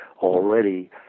already